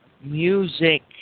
music